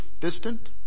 distant